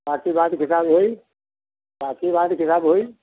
बाक़ी बाद के हिसाब होई बाक़ी बाद के हिसाब होई